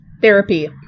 therapy